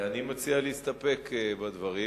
אני מציע להסתפק בדברים,